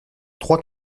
trois